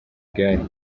igare